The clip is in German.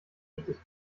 echtes